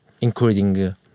including